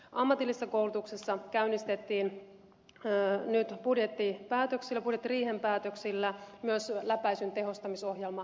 ammatillisessa koulutuksessa käynnistettiin nyt budjettiriihen päätöksillä myös läpäisyn tehostamisohjelma